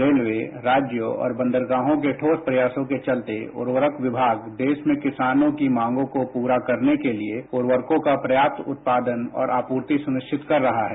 railway राज्य और बंदरगाहो के ठोस प्रयासों के चलते उर्वरक विमाग देश में किसानों की मांगों को पूरा करने के लिए उर्वरकों का प्रयाप्त उत्पादन और आपूर्ति सुनिश्चित कर रहा है